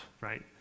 right